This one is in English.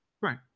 right